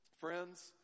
friends